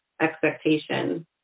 expectation